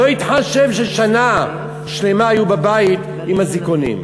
הוא לא התחשב ששנה שלמה היו בבית עם אזיקונים.